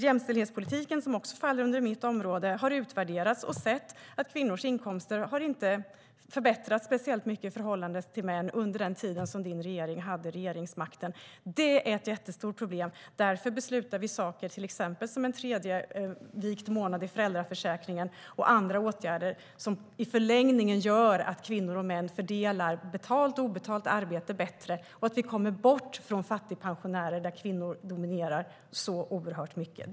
Jämställdhetspolitiken, som också faller under mitt område, har utvärderats, och man har sett att kvinnors inkomster inte har förbättrats speciellt mycket i förhållande till mäns under den tid som Niklas Wykmans parti hade regeringsmakten. Det är ett jättestort problem. Därför beslutar vi om exempelvis en tredje vikt månad i föräldraförsäkringen och andra åtgärder som i förlängningen gör att kvinnor och män fördelar betalt och obetalt arbete bättre så att vi kommer bort från fattigpensionärer, där kvinnor dominerar oerhört mycket.